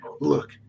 Look